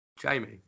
Jamie